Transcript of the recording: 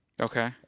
Okay